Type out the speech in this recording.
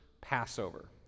Passover